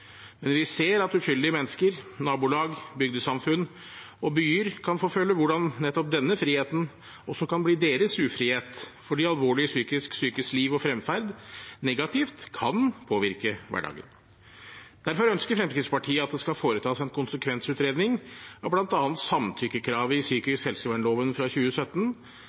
Men vi ser at uskyldige mennesker, nabolag, bygdesamfunn og byer kan få føle hvordan nettopp denne friheten også kan bli deres ufrihet – fordi alvorlig psykisk sykes liv og fremferd kan påvirke hverdagen negativt. Derfor ønsker Fremskrittspartiet at det skal foretas en konsekvensutredning av bl.a. samtykkekravet i psykisk helsevernloven fra 2017,